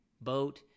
boat